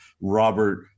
Robert